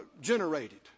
generated